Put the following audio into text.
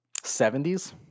70s